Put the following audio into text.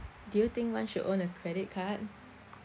do you think one should own a credit card